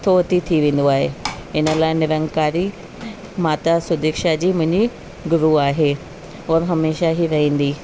हथो हथु ई थी वेंदो आहे इन लाइ निरंकारी माता सुदिक्षा जी मुंहिंजी गुरू आहे हूअ हमेशह ई रहन्दी